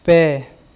ᱯᱮ